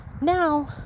now